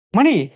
Money